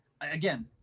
Again